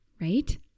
right